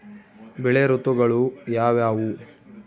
ಬೆಳೆ ಋತುಗಳು ಯಾವ್ಯಾವು?